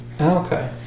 Okay